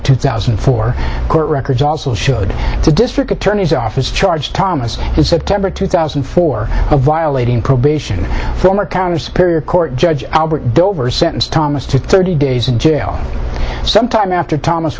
two thousand and four court records also showed the district attorney's office charged thomas in september two thousand and four of violating probation former counter spirit court judge albert dover sentenced thomas to thirty days in jail some time after thomas